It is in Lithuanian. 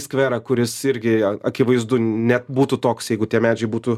skverą kuris irgi a akivaizdu net būtų toks jeigu tie medžiai būtų